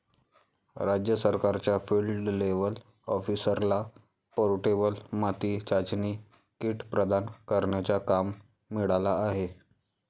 राज्य सरकारच्या field level ऑफिसरला पोर्टेबल माती चाचणी किट प्रदान करण्याचा काम मिळाला आहे